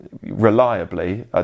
reliably